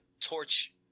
torch